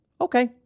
Okay